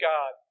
God